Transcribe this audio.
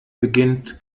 beginnt